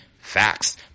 facts